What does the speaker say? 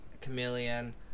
chameleon